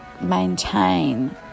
maintain